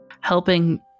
helping